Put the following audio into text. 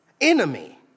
enemy